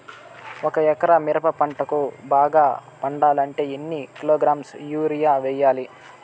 ఒక ఎకరా మిరప పంటకు బాగా పండాలంటే ఎన్ని కిలోగ్రామ్స్ యూరియ వెయ్యాలి?